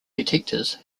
detectors